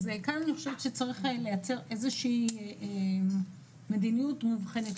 כאן אני חושבת שצריך לייצר מדיניות מובחנת.